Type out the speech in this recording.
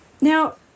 Now